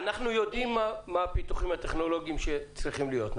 אנחנו יודעים מה הפיתוחים הטכנולוגיים שצריכים להיות,